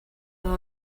your